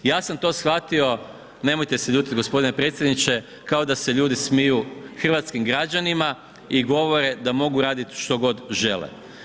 Ja sam to shvatio nemojte se ljuti gospodine predsjedniče kao da se ljudi smiju hrvatskim građanima i govore da mogu raditi što god žele.